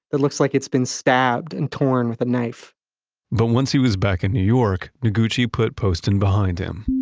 it looks like it's been stabbed and torn with a knife but once he was back in new york, noguchi put poston behind him.